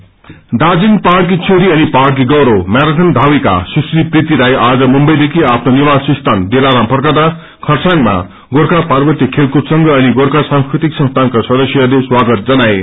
marathon Darjeeling पहाइकी छोरी अनि पहाइकी गौरव मेरथन धाविका सुश्री प्रिती राई आज मुम्बईदेखि आफ्नो निवास स्थान दिलाराम फर्कदाँ खरसाङमा गोर्खा पार्वत्य खेलकूद संघ अनि गोर्खा सांस्क्रति संस्थानका सदस्यहरूले स्वागत जनाए